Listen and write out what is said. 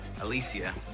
Alicia